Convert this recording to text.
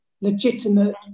legitimate